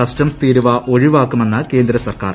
customs തീരുവ ഒഴിവാക്കുമെന്ന് കേന്ദ്രസർക്കാർ